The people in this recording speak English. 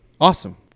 Awesome